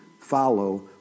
follow